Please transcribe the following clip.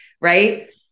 right